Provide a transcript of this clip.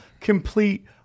complete